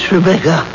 Rebecca